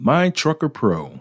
MyTruckerPro